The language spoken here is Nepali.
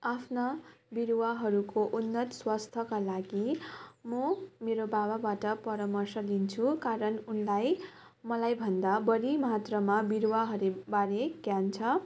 आफ्ना बिरुवाहरूको उन्नत स्वास्थ्यका लागि म मेरो बाबाबाट परमर्श लिन्छु कारण उनलाई मलाईभन्दा बढी मात्रामा बिरुवाहरू बारे ज्ञान छ